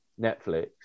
Netflix